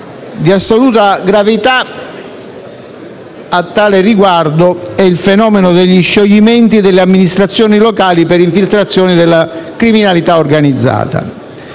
Di assoluta gravità, a tale riguardo, è il fenomeno degli scioglimenti delle amministrazioni locali per infiltrazioni della criminalità organizzata.